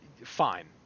fine